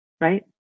right